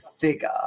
figure